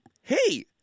Hey